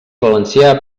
valencià